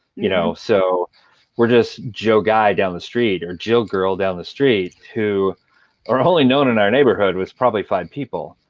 you know so we're just joe guy down the street or jill girl down the street, who are only known in our neighborhood with probably five people.